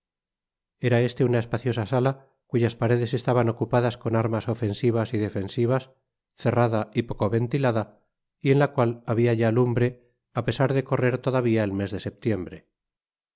era este una espaciosa sala cuyas paredes estaban ocupadas con armas ofensivas y defensivas cerrada y poco ventilada y en la cual habia ya lumbre á pesar de correr todavía el mes de setiembre